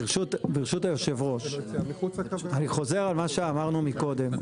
ברשות היושב ראש, אני חוזר על מה שאמרנו מקודם.